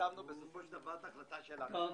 כתבנו בסופו של דבר את ההחלטה שלנו.